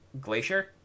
glacier